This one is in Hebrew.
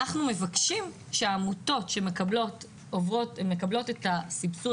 אנחנו מבקשים שהעמותות שמקבלות את הסבסוד